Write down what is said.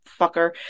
fucker